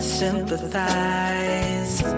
sympathize